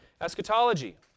Eschatology